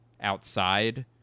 outside